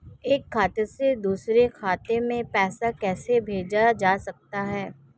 एक खाते से दूसरे खाते में पैसा कैसे भेजा जा सकता है?